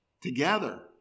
together